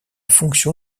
fonction